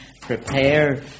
Prepare